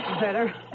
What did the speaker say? better